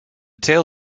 tail